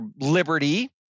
liberty